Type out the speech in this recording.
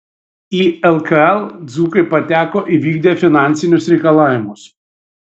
į lkl dzūkai pateko įvykdę finansinius reikalavimus